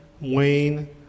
Wayne